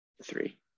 Three